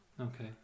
okay